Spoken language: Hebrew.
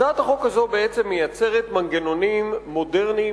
הצעת החוק הזו בעצם מייצרת מנגנונים מודרניים